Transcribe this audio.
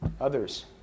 Others